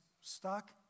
stuck